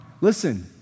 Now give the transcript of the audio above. Listen